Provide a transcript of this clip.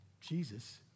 Jesus